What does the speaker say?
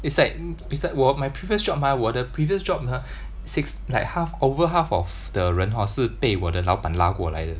it's like it's like 我 my previous job mah 我的 previous job hor six like half over half of the 人 hor 是被我的老板拉过来的